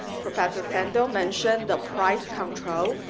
professor sandel mentioned the price control.